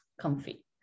comfy